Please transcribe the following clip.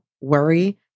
worry